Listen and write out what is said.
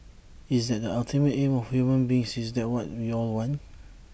is that the ultimate aim of human beings is that what we all want